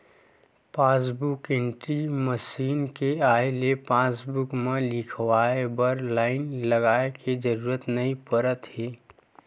passbook entry machine के आए ले पासबूक म लिखवाए बर लाईन लगाए के जरूरत नइ परत हे